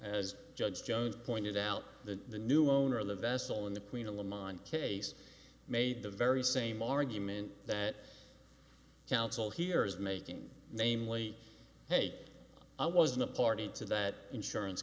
as judge jones pointed out the new owner of the vessel in the queen of the mind case made the very same argument that council here is making namely hate i wasn't a party to that insurance